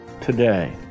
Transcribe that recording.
today